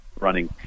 running